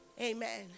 Amen